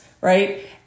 right